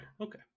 Okay